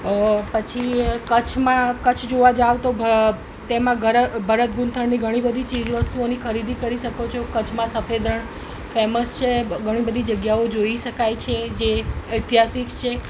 અ પછી કચ્છમાં કચ્છ જોવા જાવ તો ભ તેમાં ગર ભરત ગુંથણની ઘણી બધી ચીજ વસ્તુઓની ખરીદી કરી શકો છો કચ્છમાં સફેદ રણ ફેમસ છે ઘણી બધી જગ્યાઓ જોઈ શકાય છે જે ઐતિહાસિક છે